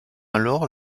alors